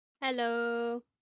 Hello